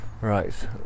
Right